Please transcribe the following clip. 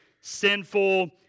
sinful